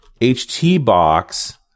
HTBox